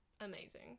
Amazing